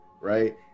right